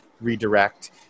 redirect